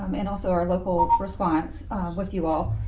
um and also our local response with you all.